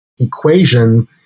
equation